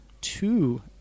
two